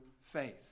faith